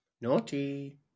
Naughty